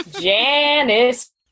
Janice